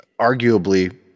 arguably